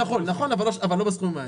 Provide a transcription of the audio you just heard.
להתחיל ממינוס אתה יכול, אבל לא בסכומים האלה.